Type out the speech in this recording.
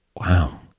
Wow